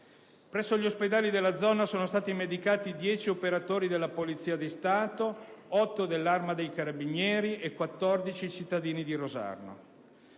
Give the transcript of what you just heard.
Presso gli ospedali della zona sono stati medicati 10 operatori della Polizia di Stato e 8 dell'Arma dei Carabinieri, e 14 cittadini di Rosarno.